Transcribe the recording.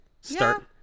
start